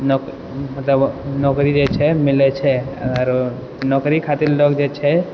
नौक मतलब नौकरी जे छै मिलय छै आरो नौकरी खातिर लोक जे छै